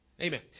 Amen